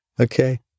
Okay